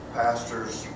pastors